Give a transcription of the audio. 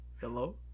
Hello